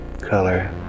color